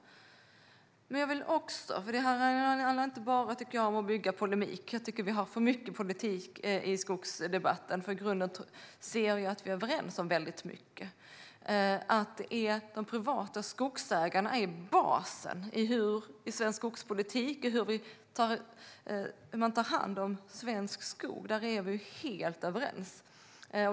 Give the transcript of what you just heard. Detta handlar inte bara om att bygga polemik. Jag tycker att vi har för mycket politik i skogsdebatten. I grunden ser jag att vi är överens om väldigt mycket. De privata skogsägarna är basen i svensk skogspolitik och i hur man tar hand om svensk skog; där är vi helt överens.